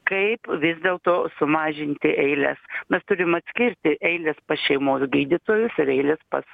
kaip vis dėlto sumažinti eiles mes turim atskirti eilės pas šeimos gydytojus ir eilės pas